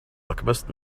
alchemist